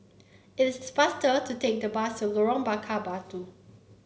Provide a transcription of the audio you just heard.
it is the faster to take the bus to Lorong Bakar Batu